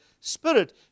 spirit